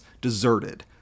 deserted